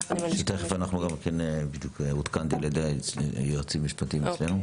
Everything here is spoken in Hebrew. יחד עם --- בדיוק עודכנתי על ידי היועצים המשפטיים אצלנו.